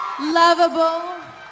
lovable